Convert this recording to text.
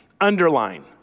underline